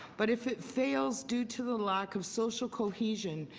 but if it fails due to the lack of social cohesion,